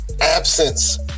absence